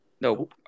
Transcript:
No